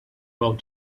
road